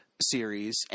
series